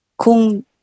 kung